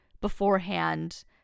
beforehand